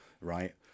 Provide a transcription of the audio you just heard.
right